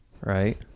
right